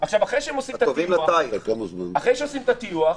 אחרי שעושים את הטיוח,